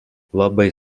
labai